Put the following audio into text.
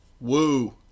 Woo